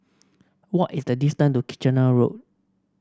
what is the distance to Kitchener Road